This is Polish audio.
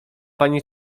pani